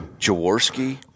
Jaworski